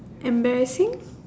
embarrassing